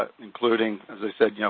including, as i said, you know,